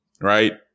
Right